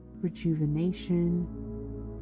rejuvenation